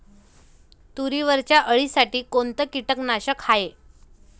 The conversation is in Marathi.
तुरीवरच्या अळीसाठी कोनतं कीटकनाशक हाये?